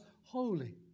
holy